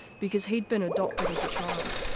because he'd been adopted as a child.